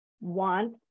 want